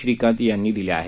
श्रीकांत यांनी दिले आहेत